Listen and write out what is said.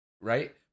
Right